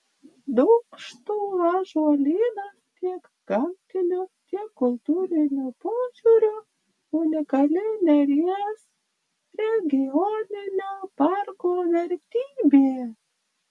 dūkštų ąžuolynas tiek gamtiniu tiek kultūriniu požiūriu unikali neries regioninio parko vertybė